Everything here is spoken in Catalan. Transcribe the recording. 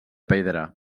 pedra